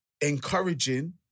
encouraging